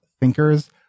thinkers